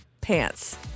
Pants